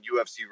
UFC